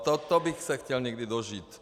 Tohoto bych se chtěl někdy dožít.